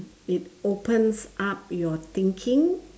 it opens up your thinking